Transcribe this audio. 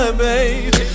baby